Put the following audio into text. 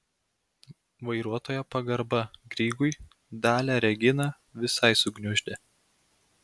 vairuotojo pagarba grygui dalią reginą visai sugniuždė